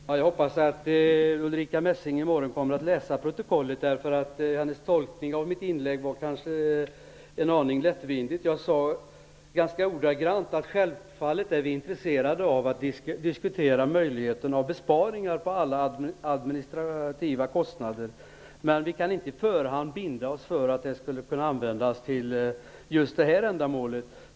Herr talman! Jag hoppas att Ulrica Messing i morgon kommer att läsa protokollet från debatten. Hennes tolkning av mitt inlägg var kanske en aning lättvindig. Jag sade ganska ordagrant att vi självfallet är intresserade av att diskutera möjligheten till besparingar i fråga om alla administrativa kostnader, men vi kan inte på förhand binda oss för att resurserna kommer att kunna användas till just det här ändamålet.